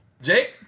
Jake